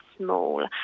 small